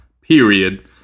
period